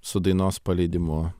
su dainos paleidimu